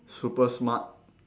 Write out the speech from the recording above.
super smart